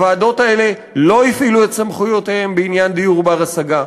הוועדות האלה לא הפעילו את סמכויותיהן בעניין דיור בר-השגה.